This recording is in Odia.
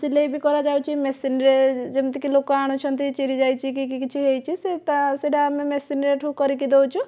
ସିଲେଇ ବି କରାଯାଉଛି ମେସିନ୍ରେ ଯେମିତି କି ଲୋକ ଆଣୁଛନ୍ତି ଚିରି ଯାଇଛି କି କିଛି ହୋଇଛି ସେ ତା ସେ'ଟା ଆମେ ମେସିନରେ ସେ'ଠୁ କରିକି ଦେଉଛୁ